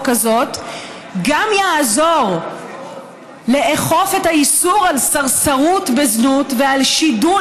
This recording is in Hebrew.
הזאת גם יעזור לאכוף את האיסור על סרסרות בזנות ועל שידול